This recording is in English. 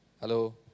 Hello